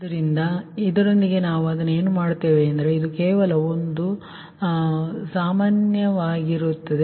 ಆದ್ದರಿಂದ ಇದರೊಂದಿಗೆ ನಾವು ಅದನ್ನು ಏನು ಮಾಡುತ್ತೇವೆ ಇಂದು ಕೇವಲ ಎಂದು ಚರ್ಚಿಸುತ್ತೇವೆ ಮತ್ತು ಅದರ ನಂತರ ಅದು ಸಾಮಾನ್ಯವಾಗಿ ಬರುತ್ತದೆ